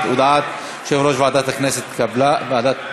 בהצעת חוק ההתייעלות הכלכלית (תיקוני חקיקה